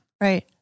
Right